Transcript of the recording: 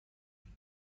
خیلی